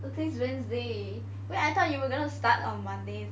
today's Wednesday wait I thought you were gonna start on Monday